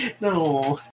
No